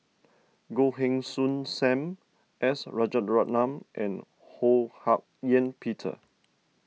Goh Heng Soon Sam S Rajaratnam and Ho Hak Ean Peter